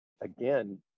again